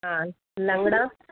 हाँ लंगड़ा